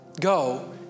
Go